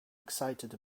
excited